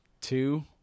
two